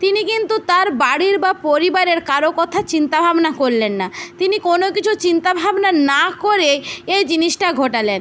তিনি কিন্তু তার বাড়ির বা পরিবারের কারো কথা চিন্তাভাবনা করলেন না তিনি কোনো কিছু চিন্তাভাবনা না করে এই জিনিসটা ঘটালেন